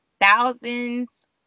thousands